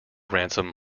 ransom